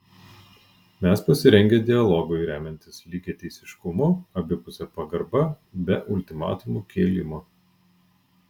mes pasirengę dialogui remiantis lygiateisiškumu abipuse pagarba be ultimatumų kėlimo